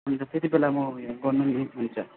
हुन्छ त्यति बेला म उयो गर्नु नि हुन्छ